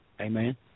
Amen